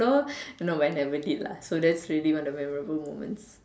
floor no I never did lah so that's really one of the memorable moments